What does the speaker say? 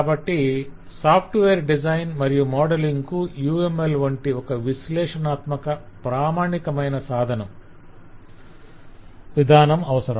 కాబట్టి software design మరియి modelling కు UML వంటి ఒక విశ్లేషణాత్మక ప్రామాణికమైన సాధనం విధానం అవసరం